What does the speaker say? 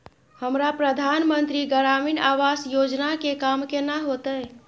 हमरा प्रधानमंत्री ग्रामीण आवास योजना के काम केना होतय?